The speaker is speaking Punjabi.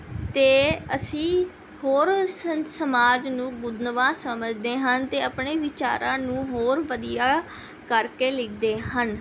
ਅਤੇ ਅਸੀਂ ਹੋਰ ਸ ਸਮਾਜ ਨੂੰ ਸਮਝਦੇ ਹਨ ਅਤੇ ਆਪਣੇ ਵਿਚਾਰਾਂ ਨੂੰ ਹੋਰ ਵਧੀਆ ਕਰਕੇ ਲਿਖਦੇ ਹਨ